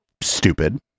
stupid